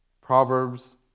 Proverbs